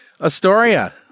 Astoria